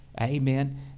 Amen